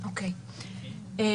אני